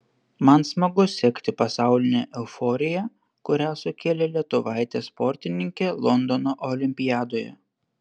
man smagu sekti pasaulinę euforiją kurią sukėlė lietuvaitė sportininkė londono olimpiadoje